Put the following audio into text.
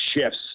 shifts